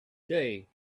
day